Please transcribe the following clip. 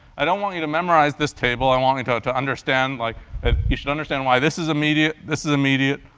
i don't want you to memorize this table, i want you to to understand, like ah you should understand why this is immediate, this is immediate,